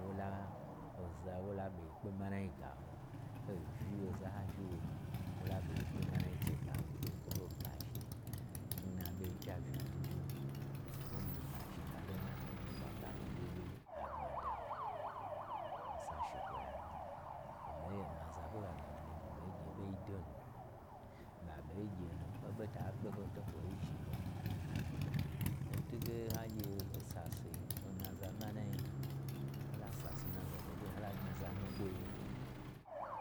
Wola, oza n wola ɓo ye kpe manai ga ho, hoi uyi oza n hauyil woi nyi wola ɓo yekpe manai chega ho, kwo kwu ho bmazhni, na na ɓei pya unya dwudwu, n mii ma zhni ɓa lo nu, kwa gamii wyewyei agbmada. Misa shekwoyi ami-i oma zakwoi ɓa gna mii ge mii ɓei gye ɓei do nu, ɓa ɓei ghye nu, oɓo ta ɓo ho to kwoi zhni hon. N twuge n ha gye hoi sase n naza manai yi, hola sase n nazai hoto won hola gnyi za nukwoi,